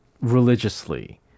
religiously